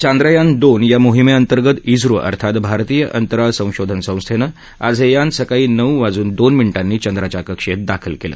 चांद्रयान दोन या मोहिमेंतर्गत इस्रो अर्थात भारतीय अंतराळ संशोधन संस्थेनं आज हे यान सकाळी नऊ वाजून दोन मिनि ांनी चंद्राच्या कक्षेत दाखल केलं